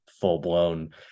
full-blown